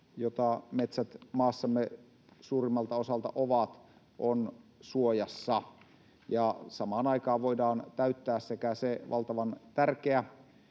jota metsät maassamme suurimmalta osalta ovat, on suojassa ja samaan aikaan voidaan täyttää sekä se valtavan tärkeä